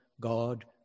god